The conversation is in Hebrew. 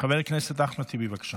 חבר הכנסת אחמד טיבי, בבקשה.